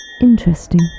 Interesting